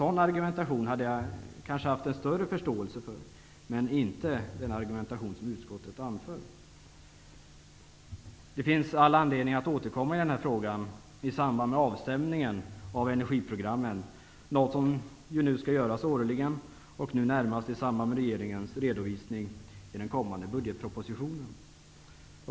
Den argumentationen hade jag kanske haft en större förståelse för, men jag har ingen förståelse för den argumentation som utskottet anför. Det finns all anledning att återkomma till den här frågan i samband med avstämniningen av energiprogrammen, något som årligen skall göras och nu närmast i samband med regeringens redovisning i den kommande budgetpropositionen.